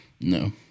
No